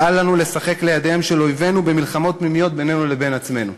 ואל לנו לשחק לידיהם של אויבינו במלחמות פנימיות בינינו לבין עצמנו.